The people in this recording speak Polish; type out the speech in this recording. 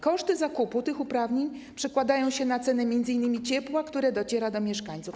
Koszty zakupu tych uprawnień przekładają się na ceny m.in. ciepła, które dociera do mieszkańców.